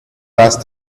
last